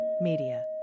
media